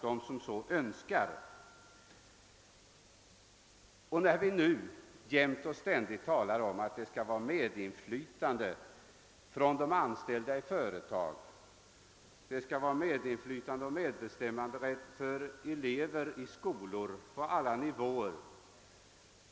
Det talas ju jämt och ständigt om att det skall vara medinflytande för de anställda i företagen och att det skall vara medinflytande och medbestämmanderätt för skolelever på alla nivåer.